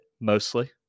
mostly